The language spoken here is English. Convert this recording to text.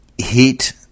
Heat